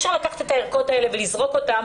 ולכן אי-אפשר לקחת הערכות האלה ולזרוק אותן,